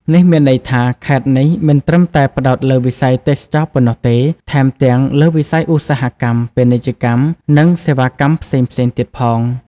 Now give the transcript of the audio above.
នេះមានន័យថា ខេត្តនេះមិនត្រឹមតែផ្តោតលើវិស័យទេសចរណ៍ប៉ុណ្ណោះទេ ថែមទាំងលើវិស័យឧស្សាហកម្ម ពាណិជ្ជកម្ម និងសេវាកម្មផ្សេងៗទៀតផង។